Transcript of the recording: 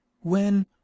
When